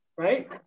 right